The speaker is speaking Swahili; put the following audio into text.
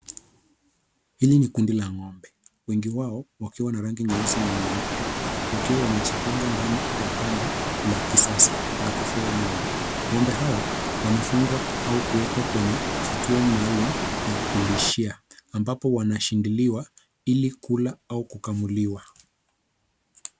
Hili ni kundi la ng'ombe wengi wao wakiwa na rangi nyeusi na nyeupe wakiwa wamejipanga ndani ya banda la kisasa la kufuga ng'ombe. Ng'ombe hawa wamefungwa au kuwekwa kwenye vituo maalum vya kulishia ambapo wanashindiliwa ili kula au kukamuliwa.